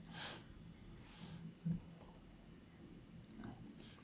ya